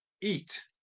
eat